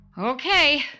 Okay